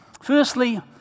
firstly